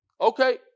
Okay